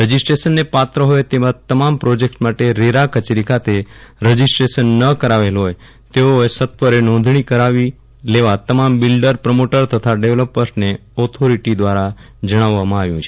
રજિસ્ટ્રેશનને પાત્ર હોય તેવા તમામ પ્રોજેકટ માટે રેરા કચેરી ખાતે રજિસ્ટ્રેશન ન કરાવેલ હોય તો સત્વરે નોંધણી કરાવી લેવા તમામ બિલ્ડર પ્રમોટર તથા ડેવલપર્સને ઓથોરીટી દ્વારા જણાવવામાં આવ્યું છે